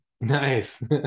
nice